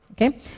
Okay